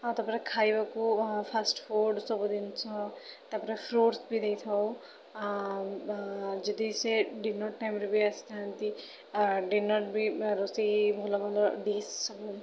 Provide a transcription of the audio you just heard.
ଆଉ ତା'ପରେ ଖାଇବାକୁ ଫାଷ୍ଟଫୁଡ଼ ସବୁ ଜିନିଷ ତା'ପରେ ଫ୍ରୂଟ୍ସ ବି ଦେଇଥାଉ ଯଦି ସେ ଡିନର୍ ଟାଇମ୍ରେ ବି ଆସିଥାନ୍ତି ଡିନର୍ ବି ରୋଷେଇ ଭଲ ଭଲ ଡିସ୍ ସବୁ